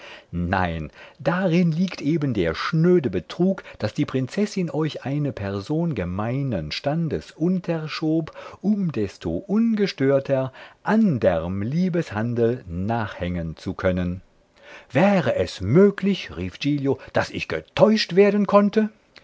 nein darin liegt eben der schnöde betrug daß die prinzessin euch eine person gemeinen standes unterschob um desto ungestörter anderm liebeshandel nachhängen zu können wäre es möglich rief giglio daß ich getäuscht werden konnte